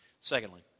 Secondly